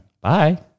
bye